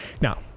Now